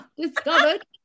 discovered